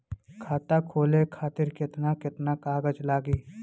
खाता खोले खातिर केतना केतना कागज लागी?